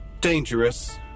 dangerous